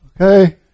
okay